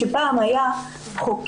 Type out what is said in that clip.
שפעם היה חוקי,